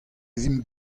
vimp